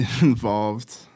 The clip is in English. involved